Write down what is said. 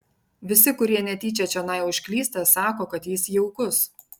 visi kurie netyčia čionai užklysta sako kad jis jaukus